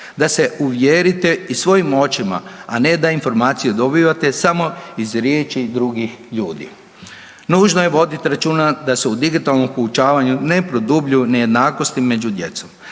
da se uvjerite i svojim očima, a ne da informacije dobivate samo iz riječi drugih ljudi. Nužno je voditi računa da se u digitalnom poučavanju ne produbljuju nejednakosti među djecom,